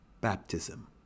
baptism